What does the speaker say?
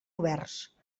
oberts